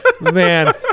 man